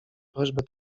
prośbę